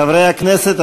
חברי הכנסת,